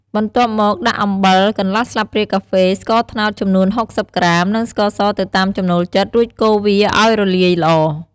បន្ទាប់មកដាក់អំបិល កន្លះស្លាបព្រាកាហ្វេ ស្ករត្នោតចំនួន៦០ក្រាម និងស្ករសទៅតាមចំណូលចិត្ត រួចកូរវាឲ្យរលាយល្អ។